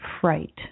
fright